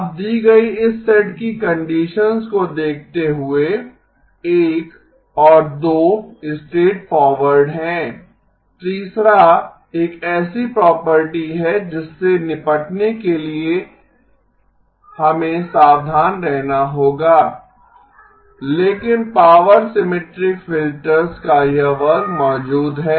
अब दी गयी इस सेट की कंडीसंस को देखते हुए 1 और 2 स्ट्रैटफॉरवर्ड हैं तीसरा एक ऐसी प्रॉपर्टी है जिससे निपटने के लिए हमें सावधान रहना होगा लेकिन पॉवर सिमेट्रिक फिल्टर्स का यह वर्ग मौजूद है